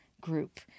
group